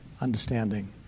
understanding